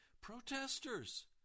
Protesters